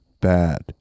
bad